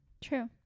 True